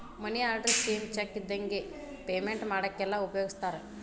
ಮನಿ order same cheque ಇದ್ದಂಗೆ payment ಮಾಡಾಕೆಲ್ಲ ಉಪಯೋಗಿಸ್ತಾರ